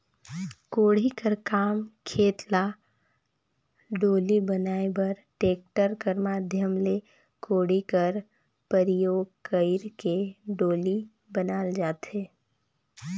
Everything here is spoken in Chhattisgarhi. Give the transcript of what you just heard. कोड़ी कर काम खेत ल डोली बनाए बर टेक्टर कर माध्यम ले कोड़ी कर परियोग कइर के डोली बनाल जाथे